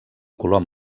colom